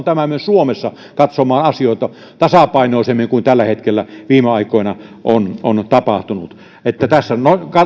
tämä myös suomessa katsomaan asioita tasapainoisemmin kuin viime aikoina on on tapahtunut tässä